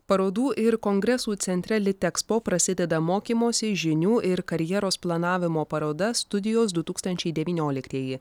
parodų ir kongresų centre litexpo prasideda mokymosi žinių ir karjeros planavimo paroda studijos du tūkstančiai devynioliktieji